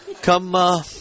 come